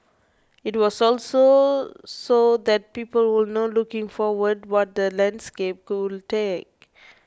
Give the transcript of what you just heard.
it was also so that people will know looking forward what the landscape